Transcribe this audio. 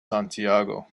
santiago